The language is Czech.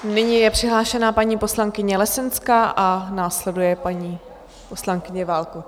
Nyní je přihlášená paní poslankyně Lesenská a následuje paní poslankyně Válková